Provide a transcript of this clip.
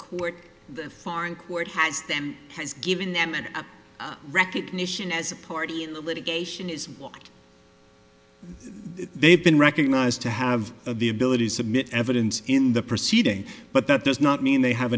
court the foreign court has them has given them an a recognition as a party in the litigation is locked they've been recognized to have the ability to submit evidence in the proceeding but that does not mean they have